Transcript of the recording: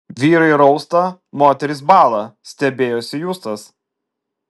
vyrai rausta moterys bąla stebėjosi justas